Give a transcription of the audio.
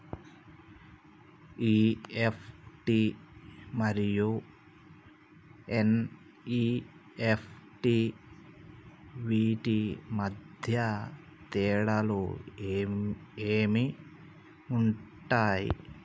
EFT మరియు NEFT వీటి మధ్య తేడాలు ఏమి ఉంటాయి?